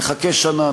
נחכה שנה,